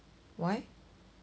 why